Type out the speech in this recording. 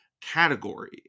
category